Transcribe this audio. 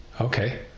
okay